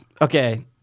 okay